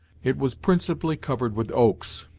it was principally covered with oaks,